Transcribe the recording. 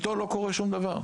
אתו לא קורה שום דבר.